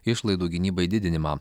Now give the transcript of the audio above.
išlaidų gynybai didinimą